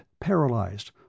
paralyzed